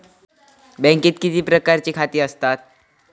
बँकेत किती प्रकारची खाती आसतात?